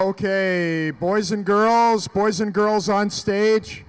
the boys and girls boys and girls on stage